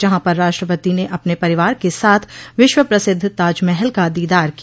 जहां पर राष्ट्रपति ने अपने परिवार के साथ विश्व प्रसिद्ध ताजमहल का दीदार किया